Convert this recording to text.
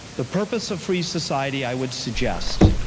the purpose of free society, i would suggest,